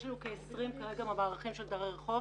יש לנו כ-20 דרי רחוב.